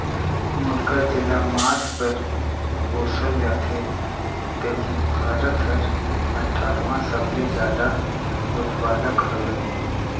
मुरगा जेला मांस बर पोसल जाथे तेम्हे भारत हर अठारहवां सबले जादा उत्पादक हवे